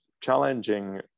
challenging